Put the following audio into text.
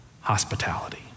hospitality